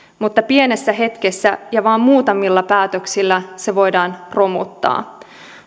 mutta pienessä hetkessä ja vaan muutamilla päätöksillä se voidaan romuttaa